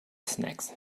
snacks